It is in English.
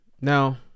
now